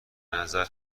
نظر